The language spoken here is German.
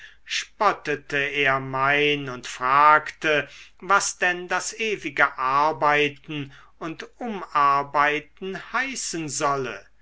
spottete er mein und fragte was denn das ewige arbeiten und umarbeiten heißen solle